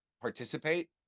participate